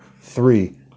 three